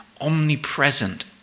omnipresent